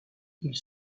ils